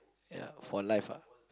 ya for life ah